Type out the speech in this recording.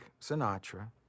Sinatra